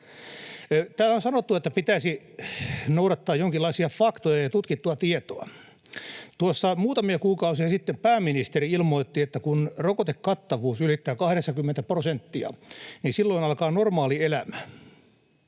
Täällä on sanottu, että pitäisi noudattaa jonkinlaisia faktoja ja tutkittua tietoa. Tuossa muutamia kuukausia sitten pääministeri ilmoitti, että kun rokotekattavuus ylittää 80 prosenttia, silloin alkaa normaali elämä,